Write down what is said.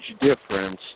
difference